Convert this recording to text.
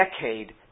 decade